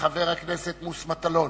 לחבר הכנסת מוץ מטלון